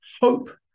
hope